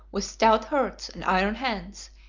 with stout hearts and iron hands,